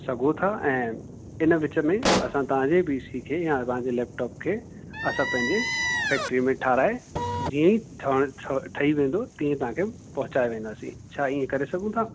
सघो था ऐं इन विच में असां तव्हांजे पी सी खे या तव्हांजे लैप्टॉप जे असां पंहिंजे फैक्ट्री में ठारिहाए जीअं ई ठहिणु ठई वेंदो तीअं तव्हांखे पहुचाए वेंदासीं छा इहो करे सघूं था